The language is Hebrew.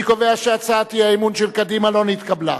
אני קובע שהצעת האי-אמון של קדימה לא נתקבלה.